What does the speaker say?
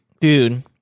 Dude